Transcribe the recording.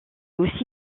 aussi